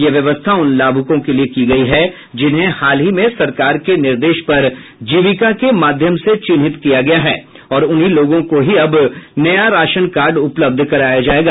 यह व्यवस्था उन लाभुकों के लिए की गयी है जिन्हें हाल ही में सरकार के निर्देश पर जीविका के माध्यम से चिन्हित किया गया है और उन्हीं लोगों को ही अब नया राशन कार्ड उपलब्ध कराया जायेगा